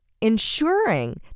ensuring